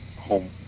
home